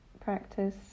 practice